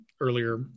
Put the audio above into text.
earlier